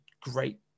great